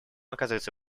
оказывается